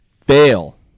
fail